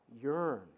yearn